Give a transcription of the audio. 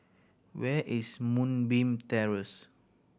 where is Moonbeam Terrace